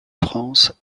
france